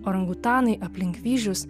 orangutanai aplink vyzdžius